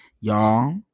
Y'all